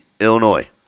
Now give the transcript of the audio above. Illinois